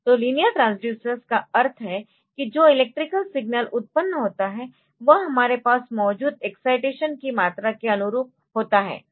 तो linear transducers का अर्थ है की जो इलेक्ट्रिकल सिग्नल उत्पन्न होता है वह हमारे पास मौजूद एक्ससाइटेशन की मात्रा के अनुरूप होता है